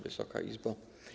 Wysoka Izbo!